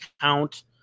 count